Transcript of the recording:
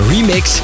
Remix